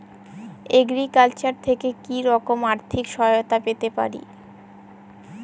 Agriculture থেকে কি রকম আর্থিক সহায়তা পেতে পারি?